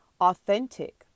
authentic